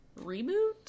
reboot